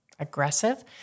Aggressive